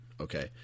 Okay